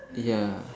ya